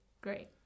Great